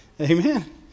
Amen